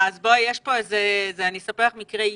אני אספר לך מקרה אישי: